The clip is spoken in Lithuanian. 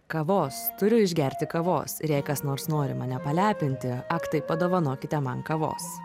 kavos turiu išgerti kavos ir jei kas nors nori mane palepinti ak tai padovanokite man kavos